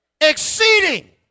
Exceeding